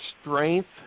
strength